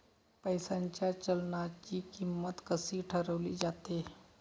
पैशाच्या चलनाची किंमत कशी ठरवली जाते